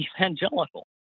evangelical